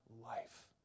life